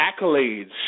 accolades